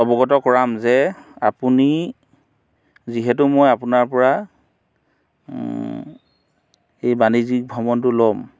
অৱগত কৰাম যে আপুনি যিহেতু মই আপোনাৰপৰা এই বাণিজ্যিক ভৱনটো ল'ম